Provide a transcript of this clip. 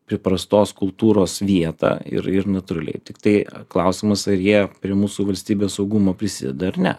priprastos kultūros vietą ir ir natūraliai tiktai klausimas ar jie prie mūsų valstybės saugumo prisideda ar ne